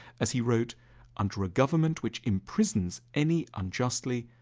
as he wrote under a government which imprisons any unjustly,